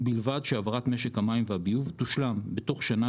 ובלבד שהעברת משק המים והביוב תושלם בתוך שנה